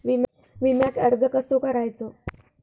विम्याक अर्ज कसो करायचो?